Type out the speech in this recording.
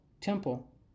temple